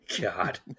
God